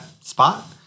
spot